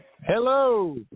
Hello